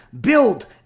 build